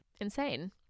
insane